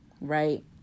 Right